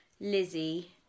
Lizzie